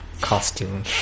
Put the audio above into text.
costume